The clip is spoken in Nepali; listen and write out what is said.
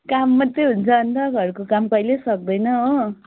काम मात्रै हुन्छ अन्त घरको काम कहिले सकिँदैन हो